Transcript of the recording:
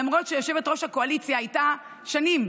למרות שיושבת-ראש הקואליציה הייתה שנים,